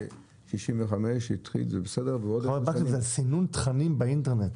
זה על סינון תכנים באינטרנט,